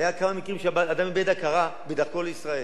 והיו כמה מקרים שאדם איבד הכרה בדרכו לישראל,